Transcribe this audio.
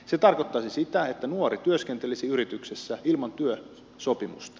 se tarkoittaisi sitä että nuori työskentelisi yrityksessä ilman työsopimusta